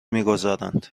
میگذارند